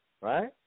right